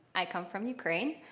i come from ukraine.